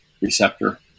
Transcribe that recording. receptor